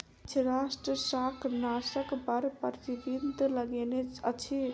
किछ राष्ट्र शाकनाशक पर प्रतिबन्ध लगौने अछि